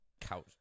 couch